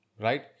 right